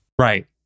Right